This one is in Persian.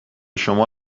شما